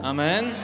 Amen